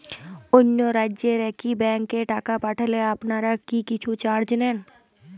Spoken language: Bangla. অন্য রাজ্যের একি ব্যাংক এ টাকা পাঠালে আপনারা কী কিছু চার্জ নেন?